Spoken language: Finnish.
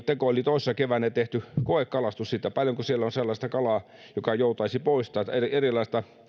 teko oli toissa keväänä tehty koekalastus siitä että paljonko siellä on sellaista kalaa joka joutaisi poistaa erilaista